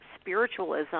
spiritualism